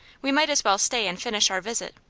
we might as well stay and finish our visit.